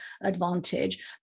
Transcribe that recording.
advantage